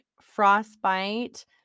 frostbite